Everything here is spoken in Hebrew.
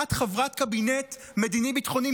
את חברת קבינט מדיני-ביטחוני,